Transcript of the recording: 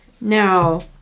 Now